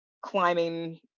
climbing